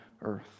earth